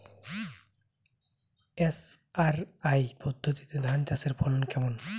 SRI পদ্ধতি ধান চাষের ফলন কেমন?